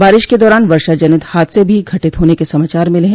बारिश के दौरान वर्षा जनित हादसे भी घटित होने के समाचार मिले है